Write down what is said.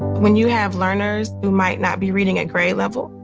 when you have learners who might not be reading at grade level,